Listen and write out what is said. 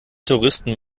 touristen